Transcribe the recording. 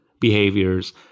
behaviors